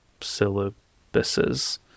Syllabuses